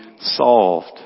solved